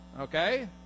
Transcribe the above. okay